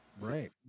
right